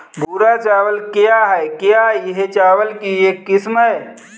भूरा चावल क्या है? क्या यह चावल की एक किस्म है?